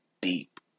deep